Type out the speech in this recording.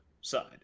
side